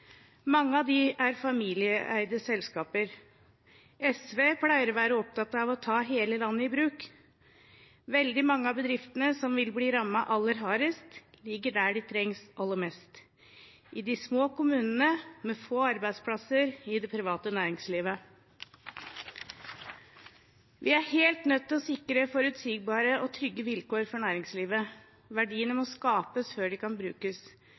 Mange av dem er familieeide selskaper. SV pleier å være opptatt av å ta hele landet i bruk. Veldig mange av bedriftene som vil bli rammet aller hardest, ligger der de trengs aller mest – i de små kommunene med få arbeidsplasser i det private næringslivet. Vi er helt nødt til å sikre forutsigbare og trygge vilkår for næringslivet. Verdiene må skapes før de kan brukes.